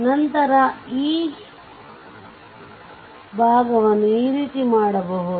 ನಂತರ ಈ ಭಾಗವನ್ನುಈ ರೀತಿ ಮಾಡಬಹುದು